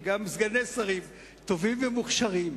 וגם סגני שרים טובים ומוכשרים.